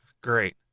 Great